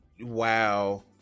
wow